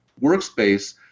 workspace